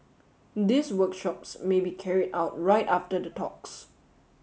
these workshops may be carried out right after the talks